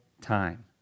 time